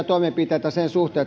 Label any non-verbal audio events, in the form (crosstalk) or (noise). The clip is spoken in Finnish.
(unintelligible) toimenpiteitä sen suhteen